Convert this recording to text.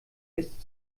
ist